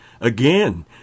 Again